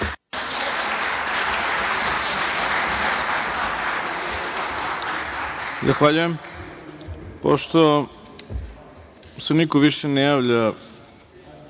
Hvala